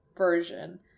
version